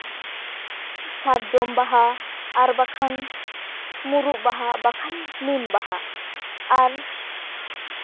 ᱥᱟᱨᱡᱚᱢ ᱵᱟᱦᱟ ᱟᱨ ᱵᱟᱝᱠᱷᱟᱱ ᱢᱩᱨᱩᱫ ᱵᱟᱦᱟ ᱵᱟᱠᱷᱟᱱ ᱱᱤᱢ ᱵᱟᱦᱟ ᱟᱨ